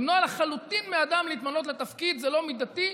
למנוע לחלוטין מאדם להתמנות לתפקיד זה לא מידתי,